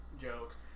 jokes